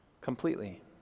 completely